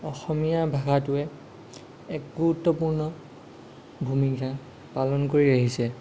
অসমীয়া ভাষাটোৱে এক গুৰুত্বপূৰ্ণ ভূমিকা পালন কৰি আহিছে